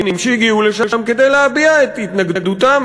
שהגיעו לשם כדי להביע את התנגדותם,